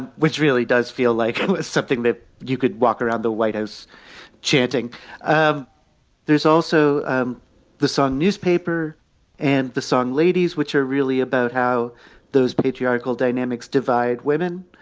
which really does feel like something that you could walk around the white house chanting there's also um the sun newspaper and the sun ladies, which are really about how those patriarchal dynamics divide women.